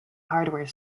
hardware